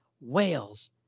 whales